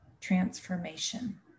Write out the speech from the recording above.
transformation